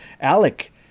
Alec